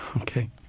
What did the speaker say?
Okay